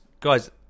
guys